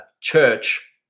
church